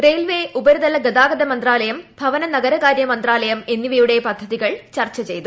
railway ഉപരിതല ഗതാഗതമന്ത്രാലയം ഭവനനഗരകാര്യമന്ത്രാലയം എന്നിവയുടെ പദ്ധതികൾ ചർച്ച ചെയ്തു